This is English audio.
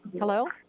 hello?